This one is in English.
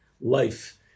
life